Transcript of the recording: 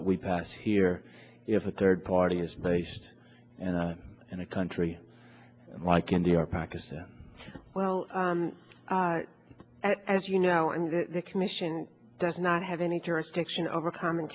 that we pass here if a third party is based and in a country like india or pakistan well as you know the commission does not have any jurisdiction over com